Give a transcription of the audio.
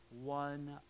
one